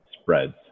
spreads